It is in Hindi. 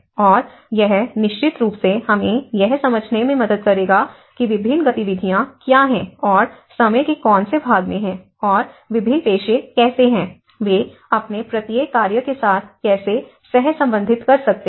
और यह निश्चित रूप से हमें यह समझने में मदद करेगा कि विभिन्न गतिविधियां क्या हैं और समय के कौन से भाग में है और विभिन्न पेशे कैसे हैं वे अपने प्रत्येक कार्य के साथ कैसे सहसंबंधित कर सकते हैं